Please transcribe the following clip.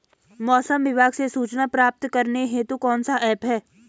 मौसम विभाग से सूचना प्राप्त करने हेतु कौन सा ऐप है?